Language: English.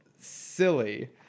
silly